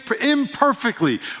imperfectly